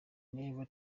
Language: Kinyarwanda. never